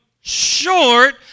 short